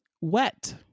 wet